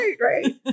right